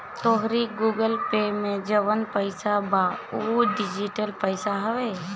तोहरी Google Pay में जवन पईसा बा उ डिजिटल पईसा हवे